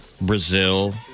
Brazil